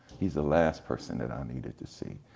he's the last person that i needed to see,